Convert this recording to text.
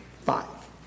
five